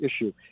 issue